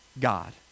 God